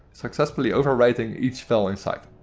succesfully overwriting each file inside.